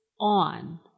on